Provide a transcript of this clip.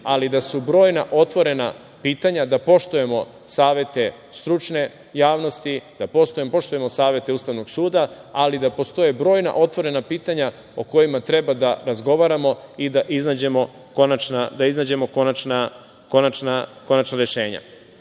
ali da su brojna otvorena pitanja da poštujemo savete stručne javnosti, da poštujemo savete Ustavnog suda, ali da postoje brojna otvorena pitanja o kojima treba da razgovaramo i da iznađemo konačna rešenja. Malo